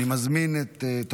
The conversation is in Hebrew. יישר כוח.